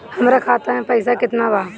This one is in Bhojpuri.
हमरा खाता में पइसा केतना बा?